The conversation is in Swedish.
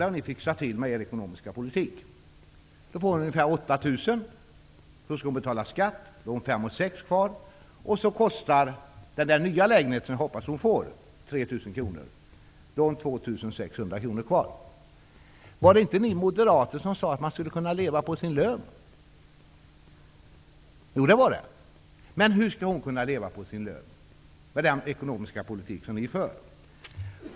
Det har ni fixat till i er ekonomiska politik. Då får hon ungefär 8 000 kr. Sedan skall hon betala skatt. Då har hon 5 6000 kr kvar. Sedan kostar den nya lägenheten 3 000 kr. Då har hon 2 600 kr kvar. Var det inte min moderate kollega som sade att man skall kunna leva på sin lön? Jo, det var det. Men hur skall hon kunna leva på sin lön med den ekonomiska politik som ni för?